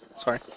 Sorry